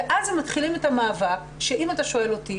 ואז הם מתחילים את המאבק שאם אתה שואל אותי